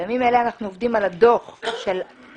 בימים אלה אנחנו עובדים על הדוח שייתן